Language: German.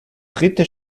dritte